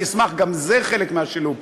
אני אשמח, גם זה חלק מהשילוב.